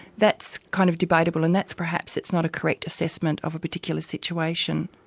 that's kind of debatable and that's perhaps it's not a correct assessment of a particular situation.